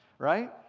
right